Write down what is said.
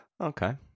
Okay